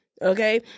Okay